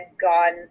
gone